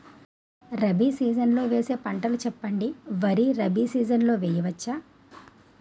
Rabi season లో వేసే పంటలు చెప్పండి? వరి రబీ సీజన్ లో వేయ వచ్చా?